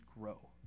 grow